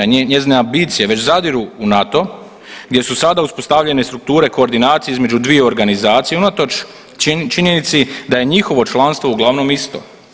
EU, njezine ambicije već zadiru u NATO gdje su sada uspostavljenje strukture koordinacije između dviju organizacija unatoč činjenici da je njihovo članstvo uglavnom isto.